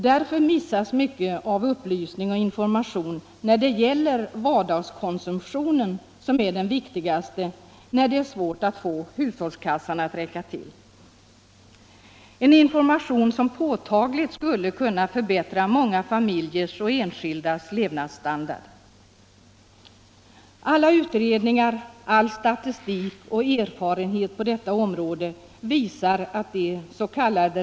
Därför missas mycket av upplysning och information då det gäller vardagskonsumtionen, som är den viktigaste när det är svårt att få hushållskassan att räcka till. En information skulle påtagligt kunna förbättra många familjers och enskildas levnadsstandard. Alla utredningar, all statistik och erfarenhet på detta område visar att des.k.